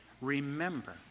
remember